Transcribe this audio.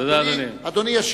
תודה, אדוני.